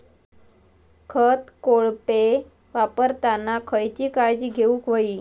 खत कोळपे वापरताना खयची काळजी घेऊक व्हयी?